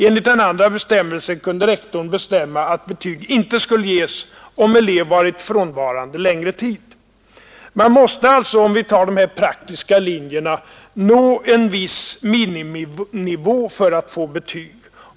Enligt den andra bestämmelsen kunde rektor bestämma att betyg inte skulle ges, om elev varit frånvarande längre tid. Man måste alltså, om vi tar de här praktiska linjerna, nä en viss miniminivå för att få betyg.